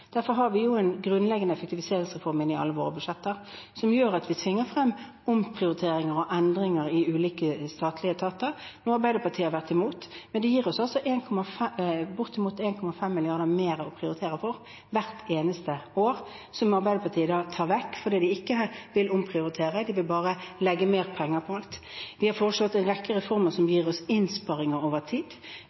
derfor har vi en grunnleggende effektiviseringsreform inn i alle våre budsjetter. Det gjør at vi tvinger frem omprioriteringer og endringer i ulike statlige etater, noe Arbeiderpartiet har vært imot, men det gir oss altså bortimot 1,5 mrd. kr mer å prioritere for hvert eneste år, som Arbeiderpartiet da tar vekk fordi de ikke vil omprioritere; de vil bare legge mer penger på alt. Vi har foreslått en rekke reformer som gir oss innsparinger over tid,